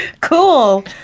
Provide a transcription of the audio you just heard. Cool